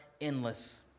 endless